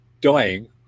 dying